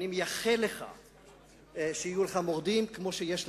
אני מייחל לך שיהיו לך מורדים כמו שיש לנו.